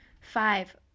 Five